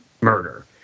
murder